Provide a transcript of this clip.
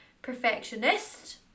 perfectionist